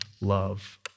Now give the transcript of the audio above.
love